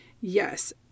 Yes